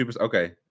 okay